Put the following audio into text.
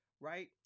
right